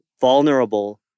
vulnerable